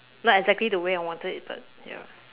not exactly the way I wanted it but ya